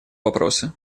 вопросы